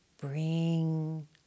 bring